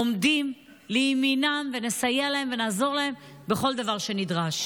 עומדים לימינם ונסייע להם ונעזור להם בכל דבר שנדרש.